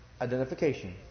identification